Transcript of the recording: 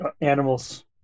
animals